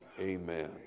amen